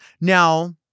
Now